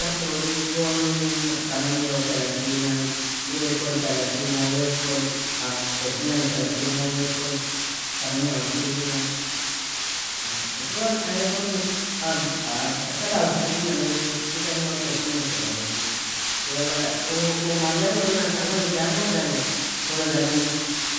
Todi kon تمانية وتلاتين an, weakon تلتين a, weakon ارب اتنين وتلتين, weakon تمنية وعشرين an, khalasili aigon ارب سبعة وستين a melin, iddan gon اتنين وسبعين a, yala uu maliaruni ما شاء الله wildi angudani koloda melu.